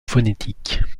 phonétique